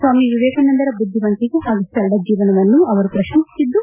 ಸ್ನಾಮಿ ವಿವೇಕಾನಂದರ ಬುದ್ಲಿವಂತಿಕೆ ಹಾಗೂ ಸರಳ ಜೀವನವನ್ನು ಅವರು ಪ್ರಶಂಸಿಸಿದ್ದು